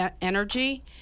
energy